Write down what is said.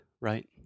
right